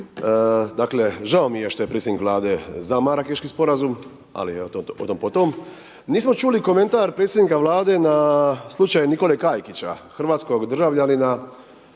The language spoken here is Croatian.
Dakle, žao mi je što je predsjednik Vlade za Marakeški sporazum, ali otom potom. Nismo čuli komentar predsjednika Vlade na slučaj Nikole Kajkića, hrvatskog državljanina